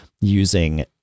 using